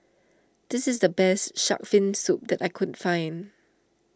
this is the best Shark's Fin Soup that I can find